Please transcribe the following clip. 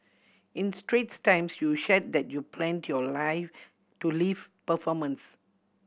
in Straits Times you shared that you planned your life to live performance